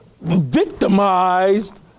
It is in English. victimized